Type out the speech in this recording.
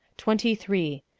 twenty three.